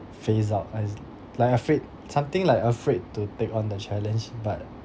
phase out as like afraid something like afraid to take on the challenge but